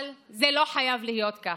אבל זה לא חייב להיות כך.